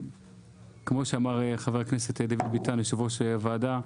כמו שאמר חה"כ דוד ביטן, יו"ר הוועדה,